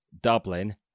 Dublin